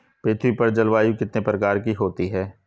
पृथ्वी पर जलवायु कितने प्रकार की होती है?